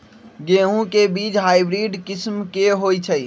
गेंहू के बीज हाइब्रिड किस्म के होई छई?